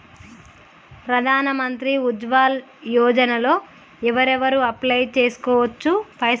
ప్రధాన మంత్రి ఉజ్వల్ యోజన లో ఎవరెవరు అప్లయ్ చేస్కోవచ్చు? పైసల్ ఎట్లస్తయి?